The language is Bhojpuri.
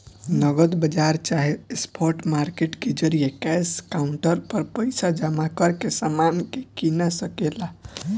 नगद बाजार चाहे स्पॉट मार्केट के जरिये कैश काउंटर पर पइसा जमा करके समान के कीना सके ला